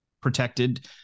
protected